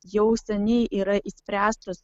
jau seniai yra išspręstos